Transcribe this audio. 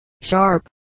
sharp